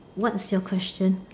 what's your question